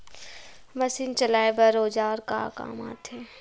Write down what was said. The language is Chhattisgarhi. मशीन चलाए बर औजार का काम आथे?